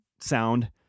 sound